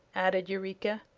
added eureka.